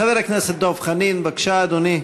חבר הכנסת דב חנין, בבקשה, אדוני.